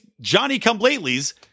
Johnny-come-latelys